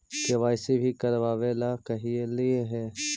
KYC भी करवावेला कहलिये हे?